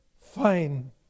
fine